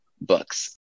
books